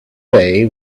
day